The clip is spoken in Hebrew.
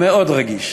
מאוד רגיש.